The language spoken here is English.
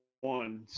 one